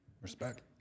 Respect